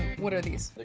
what are these? they